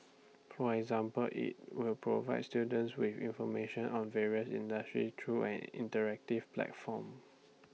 for example IT will provides students with information on the various industries through an interactive platform